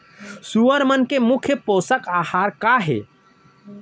सुअर मन के मुख्य पोसक आहार का हे?